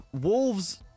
Wolves